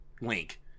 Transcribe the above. link